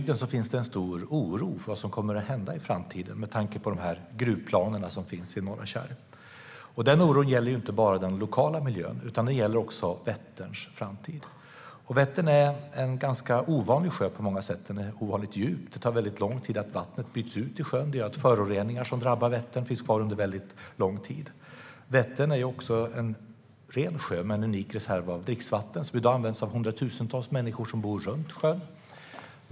Det finns en stor oro i bygden för vad som kommer att hända i framtiden, med tanke på de gruvplaner som finns i Norra Kärr. Oron gäller inte bara den lokala miljön utan också Vätterns framtid. Vättern är en ganska ovanlig sjö på många sätt. Den är ovanligt djup. Det tar lång tid tills vattnet i sjön har bytts ut. Det innebär att föroreningar som drabbar Vättern finns kvar under lång tid. Vättern är också en ren sjö med en unik reserv av dricksvatten som i dag används av hundratusentals människor som bor runt sjön.